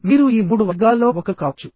మీరు ఈ మూడు వర్గాలలో ఒకరు కావచ్చు